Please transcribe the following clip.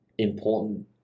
important